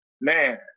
man